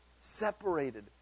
separated